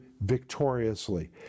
victoriously